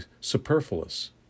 superfluous